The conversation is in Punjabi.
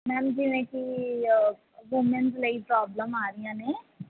ਮੈਮ ਜਿਵੇਂ ਕਿ ਵੂਮੇਨਸ ਲਈ ਪ੍ਰੋਬਲਮ ਆ ਰਹੀਆਂ ਨੇ